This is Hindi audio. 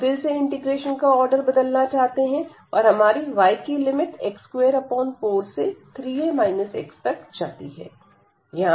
हम फिर से इंटीग्रेशन का ऑर्डर बदलना चाहते हैं और हमारी y की लिमिट x24 से 3 a x तक जाती है